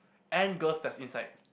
and girls that's inside